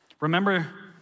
Remember